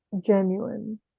genuine